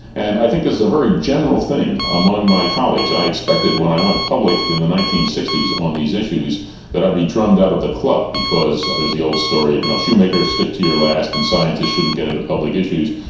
and i think there's a very general thing among my colleagues, i expected when i went public in the nineteen sixty s on these issues that i would be drummed out of the club because there's the old story, you know, shoemaker stick to your last and scientists shouldn't get into public issues.